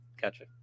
Gotcha